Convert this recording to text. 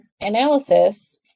analysis